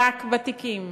רק בתיקים,